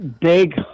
big